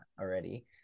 already